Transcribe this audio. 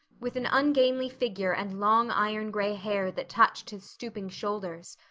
with an ungainly figure and long iron-gray hair that touched his stooping shoulders,